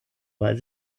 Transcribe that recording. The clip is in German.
weil